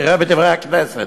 תראה ב"דברי הכנסת".